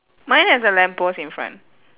mine has a lamp post in front